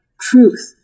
truth